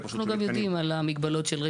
אנחנו כרגע במעקב.